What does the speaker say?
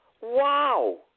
Wow